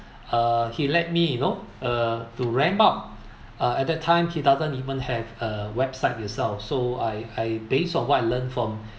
uh he let me you know uh to ramp up uh at that time he doesn't even have a website itself so I I base on what I learn from